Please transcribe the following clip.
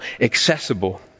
accessible